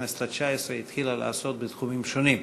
התשע-עשרה, התחילה לעשות בתחומים שונים.